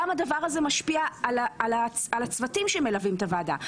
הדבר הזה גם משפיע על הצוותים שמלווים את הוועדה,